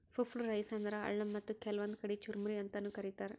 puffed rice ಅಂದ್ರ ಅಳ್ಳ ಮತ್ತ್ ಕೆಲ್ವನ್ದ್ ಕಡಿ ಚುರಮುರಿ ಅಂತಾನೂ ಕರಿತಾರ್